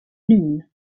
noon